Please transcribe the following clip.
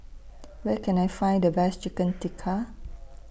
Where Can I Find The Best Chicken Tikka